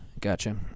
Gotcha